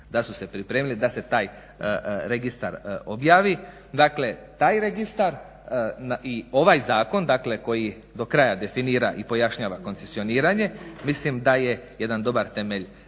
da su se pripremili da se taj registar objavi. Dakle taj registar i ovaj zakon, dakle koji do kraja definira i pojašnjava koncesioniranje mislim da je jedan dobar temelj